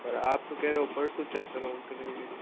और आप तो कह रहे हो परसों चेक करेंगे